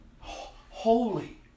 holy